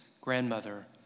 grandmother